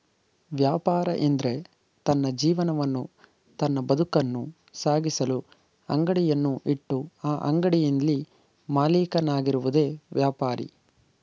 ವ್ಯಾಪಾರ ಎಂದ್ರೆ ತನ್ನ ಜೀವನವನ್ನು ತನ್ನ ಬದುಕನ್ನು ಸಾಗಿಸಲು ಅಂಗಡಿಯನ್ನು ಇಟ್ಟು ಆ ಅಂಗಡಿಯಲ್ಲಿ ಮಾಲೀಕನಾಗಿರುವುದೆ ವ್ಯಾಪಾರಿ